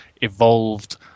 evolved